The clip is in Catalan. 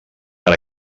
per